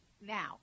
Now